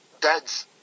dad's